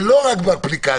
ולא רק באפליקציה,